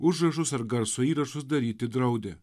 užrašus ar garso įrašus daryti draudė